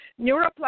neuroplasticity